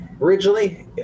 originally